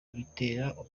biterwa